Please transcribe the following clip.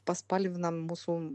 paspalvinam mūsų